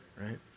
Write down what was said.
right